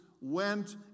went